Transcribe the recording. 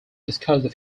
discussed